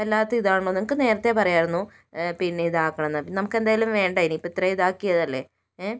വല്ലാത്ത ഇതാണല്ലോ നിങ്ങൾക്ക് നേരത്തെ പറയാമായിരുന്നു പിന്നെ ഇത് ആക്കണമെന്ന് നമുക്ക് എന്തായാലും വേണ്ട ഇനിയിപ്പോൾ ഇത്ര ഇതാക്കിയതല്ലേ